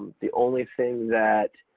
the only thing that,